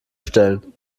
stellen